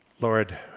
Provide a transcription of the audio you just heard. Lord